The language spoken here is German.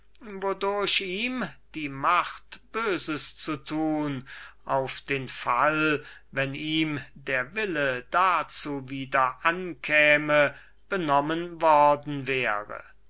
die macht böses zu tun auf den fall daß ihn der wille dazu wieder ankäme benommen worden wäre